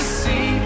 see